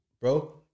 Bro